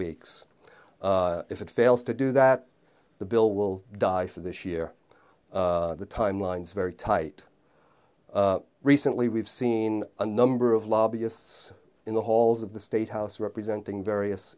weeks if it fails to do that the bill will die for this year the time lines very tight recently we've seen a number of lobbyists in the halls of the state house representing various